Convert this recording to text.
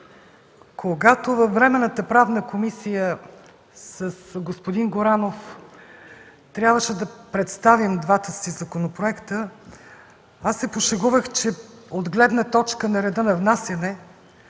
Когато във Временната правна комисия с господин Горанов трябваше да представим двата си законопроекта, аз се пошегувах, че от гледна точка на реда на внасянето